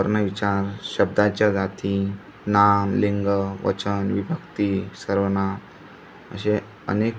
वर्णविचार शब्दांच्या जाती नाम लिंग वचन विभक्ती सर्वनाम असे अनेक